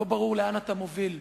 לא ברור לאן אתה מוביל.